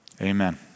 Amen